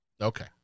Okay